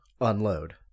unload